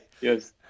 Yes